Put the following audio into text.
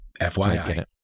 fyi